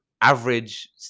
average